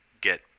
get